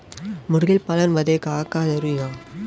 मुर्गी पालन बदे का का जरूरी ह?